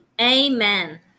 Amen